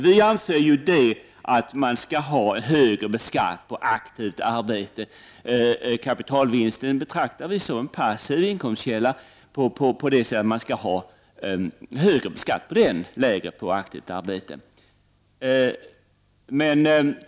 Vi anser att man skall ha högre skatt på en passiv inkomstkälla, som kapitalvinsten, medan man skall ha lägre skatt på aktivt arbete.